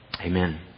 Amen